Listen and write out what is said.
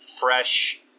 fresh